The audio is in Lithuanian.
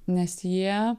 nes jie